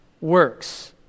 works